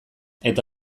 eta